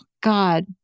God